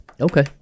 Okay